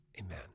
Amen